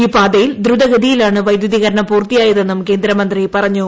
ഈ പാതയിൽ ദ്രുതഗതിയിലാണ് വൈദ്യുതീകരണം പൂർത്തിയായതെന്നും കേന്ദ്രമന്ത്രി പറഞ്ഞു